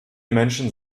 menschen